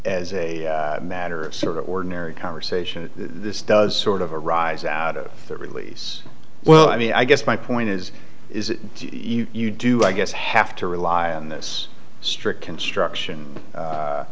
as a matter of sort of ordinary conversation this does sort of a rise out of that release well i mean i guess my point is is you do i guess have to rely on this strict construction